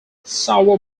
sour